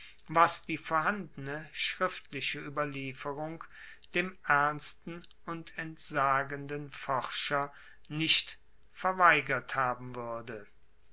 was die vorhandene schriftliche ueberlieferung dem ernsten und entsagenden forscher nicht verweigert haben wuerde